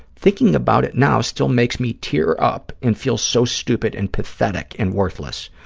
thinking about it now still makes me tear up and feel so stupid and pathetic and worthless,